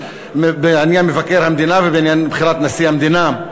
בעניין מבקר המדינה ובעניין בחירת נשיא המדינה,